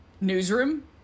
Newsroom